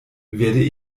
werde